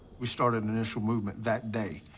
we started and initial movement that day,